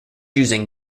using